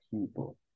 people